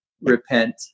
repent